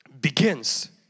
begins